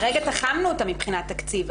כרגע תחמנו אותה מבחינת תקציב,